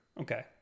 Okay